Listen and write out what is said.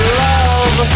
love